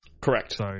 Correct